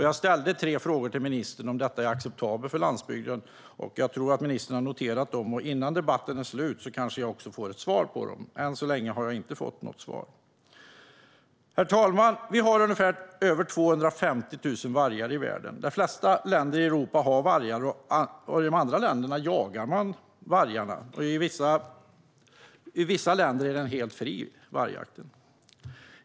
Jag ställde tre frågor till ministern om detta är acceptabelt för landsbygden, och jag tror att ministern har noterat dem. Innan debatten är slut kanske jag får ett svar på dem. Än så länge har jag inte fått det. Herr talman! Vi har över 250 000 vargar i världen. De flesta länder i Europa har vargar, och i de andra länderna jagar man varg. I vissa länder är vargjakten helt fri.